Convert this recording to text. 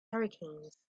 hurricanes